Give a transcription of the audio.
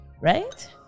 right